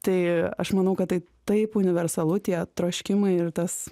tai aš manau kad tai taip universalu tie troškimai ir tas